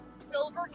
Silver